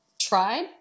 tried